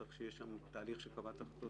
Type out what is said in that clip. צריך שיהיה שם תהליך תקין של קבלת החלטות,